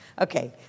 Okay